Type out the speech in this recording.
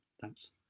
thanks